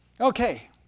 Okay